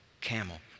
camel